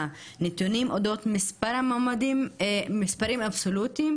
נתונים אודות מספר המועמדים במספרים אבסולוטיים,